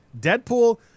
Deadpool